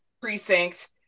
precinct